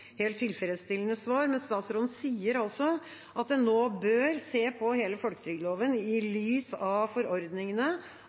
helt tilfredsstillende svar. Statsråden sier at man nå bør se på hele folketrygdloven i